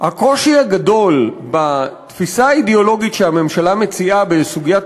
הקושי הגדול בתפיסה האידיאולוגית שהממשלה מציעה בסוגיית